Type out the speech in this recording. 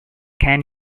can